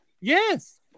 Yes